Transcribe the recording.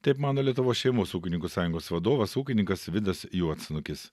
taip mano lietuvos šeimos ūkininkų sąjungos vadovas ūkininkas vidas juodsnukis